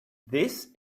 this